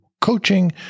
coaching